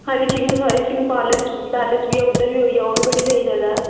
हरी Singh Hari Singh palace palace बी उद्धर बी होई आओ ओह् बी बड़ी स्हेई जगह् ऐ